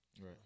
Right